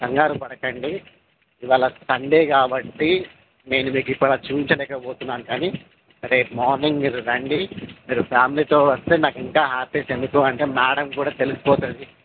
కంగారు పడకండి ఇవాళ సండే కాబట్టి నేను మీకు ఇప్పటివరకు చూపించలేక పోతున్నాను కానీ రేపు మార్నింగ్ మీరు రండి మీరు ఫ్యామిలీతో వస్తే నాకు ఇంకా హ్యాపీస్ ఎందుకు అంటే మేడంకి కూడా తెలిసిపోతుంది